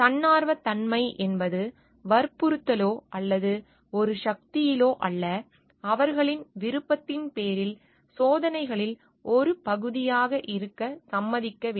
தன்னார்வத் தன்மை என்பது வற்புறுத்தலோ அல்லது ஒரு சக்தியிலோ அல்ல அவர்களின் விருப்பத்தின் பேரில் சோதனைகளில் ஒரு பகுதியாக இருக்க சம்மதிக்க வேண்டும்